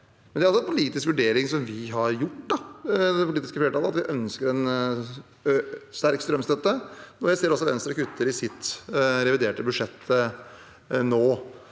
vurdering som det politiske flertallet har gjort: at vi ønsker en sterk strømstøtte. Jeg ser også at Venstre kutter i sitt reviderte budsjett nå.